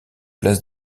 places